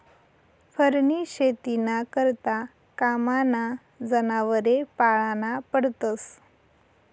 फरनी शेतीना करता कामना जनावरे पाळना पडतस